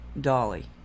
Dolly